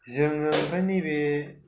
जोङो ओमफ्राय नैबे